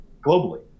globally